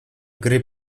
gry